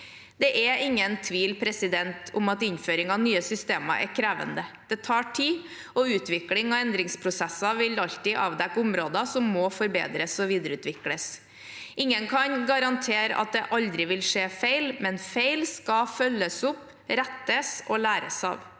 Det er ingen tvil om at innføring av nye systemer er krevende. Det tar tid, og utvikling og endringsprosesser vil alltid avdekke områder som må forbedres og videreutvikles. Ingen kan garantere for at det aldri vil skje feil, men feil skal følges opp, rettes og læres av.